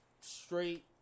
straight